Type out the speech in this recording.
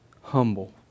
humble